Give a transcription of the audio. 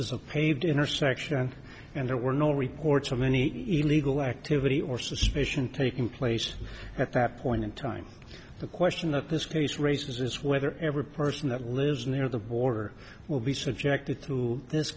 a paved intersection and there were no reports of any illegal activity or suspicion taking place at that point in time the question of this case raises is whether every person that lives near the border will be subjected to this